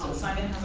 simon.